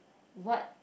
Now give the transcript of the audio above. what